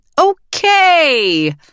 Okay